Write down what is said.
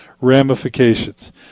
ramifications